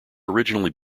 originally